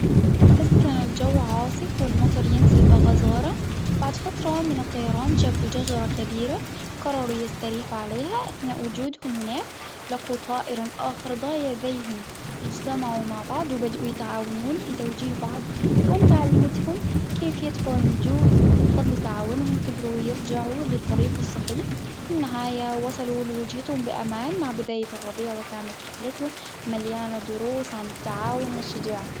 بس كان الجو عاصف والمطر ينزل بغزارة، بعد فترة من الطيران شافوا جزرة كبيرة قرروا يستريحوا عليها أثناء وجودهم هناك، لقوا طائرا آخر صايديهم إجتمعوا مع بعض وبدأوا يتعاونون في توجيه بعض، الأم تعلمتهم كيف يتبعوا النجوم وبفضل تعاونهم قدروا يرجعوا للطريق الصحيح.، في النهاية وصلوا لوجهتهم بأمان مع بداية الربيع وكانت رحلته مليانة دروس عن التعاون والشجاعة.